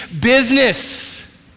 business